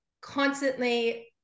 constantly